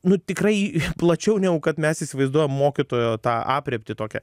nu tikrai plačiau negu kad mes įsivaizduojam mokytojo tą aprėptį tokią